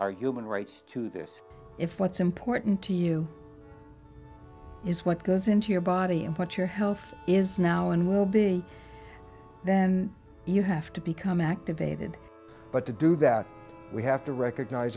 are human rights to this if what's important to you is what goes into your body and what your health is now and will be then you have to become activated but to do that we have to recognize